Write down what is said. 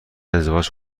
ازدواج